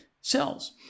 cells